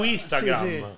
Instagram